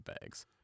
bags